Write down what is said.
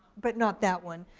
but not that one.